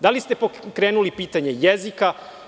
Da li ste pokrenuli pitanje jezika?